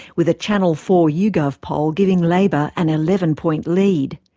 with a channel four yougov poll giving labour an eleven point lead.